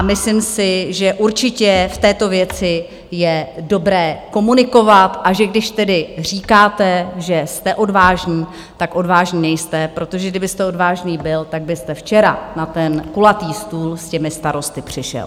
Myslím si, že určitě v této věci je dobré komunikovat, a že když tedy říkáte, že jste odvážný, tak odvážný nejste, protože kdybyste odvážný byl, tak byste včera na ten kulatý stůl s těmi starosty přišel.